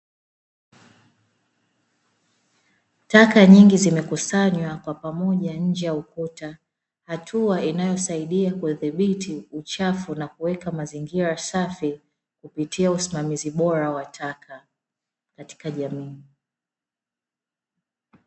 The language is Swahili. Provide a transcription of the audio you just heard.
Taka nyingi zimekusanywa kwa pamoja nje ya ukuta, hatua inayosaidia kuthibiti uchafu na kuweka mazingira safi kupitia usimamizi bora wa taka katika jamii.